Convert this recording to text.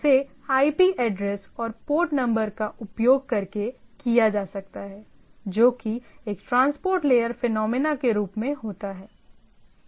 उसे IP address और port number का उपयोग करके किया जा सकता है जो कि एक ट्रांसपोर्ट लेयर फिनोमिना के रूप में होता है